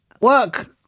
work